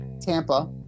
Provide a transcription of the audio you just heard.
Tampa